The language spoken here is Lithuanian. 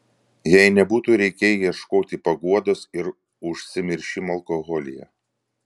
jai nebūtų reikėję ieškoti paguodos ir užsimiršimo alkoholyje